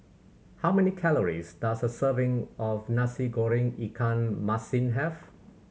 how many calories does a serving of Nasi Goreng ikan masin have